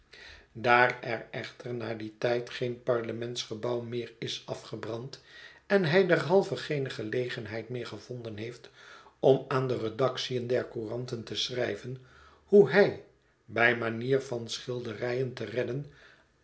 daar er echter na dien tijd geen parlementsgebouw meer is a fgebrand en hij derhalve geene gelegenheid meer gevonden heeft om aan de redaction der couranten te schrijven hoe hij bij manier van schilderijen te redden